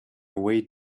away